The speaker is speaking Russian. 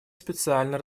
специально